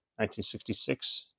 1966